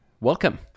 Welcome